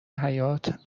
حیات